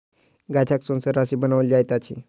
गाछक सोन सॅ रस्सी बनाओल जाइत अछि